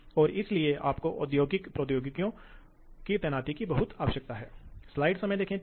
हमने इस मशीन के मूल लाभों को भी देखा है कि वे अधिक सटीक हैं और बहुत अधिक लचीली हैं